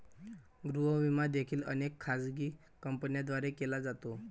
गृह विमा देखील अनेक खाजगी कंपन्यांद्वारे केला जातो